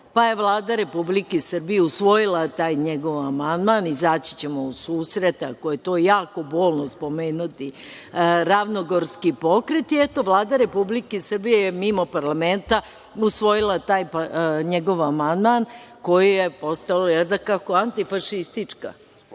pa je Vlada Republike Srbije usvojila taj njegov amandman. Izaći ćemo u susret, ako je to jako bolno pomenuti - ravnogorski pokret i, eto, Vlada Republike Srbije je mimo parlamenta usvojila taj njegov amandman koji je postao antifašistička